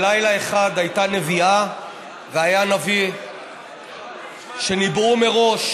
בלילה אחד הייתה נביאה והיה נביא שניבאו מראש